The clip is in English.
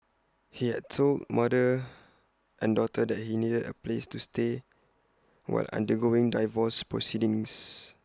he had told mother and daughter that he needed A place to stay while undergoing divorce proceedings